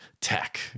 tech